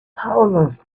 thousands